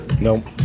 Nope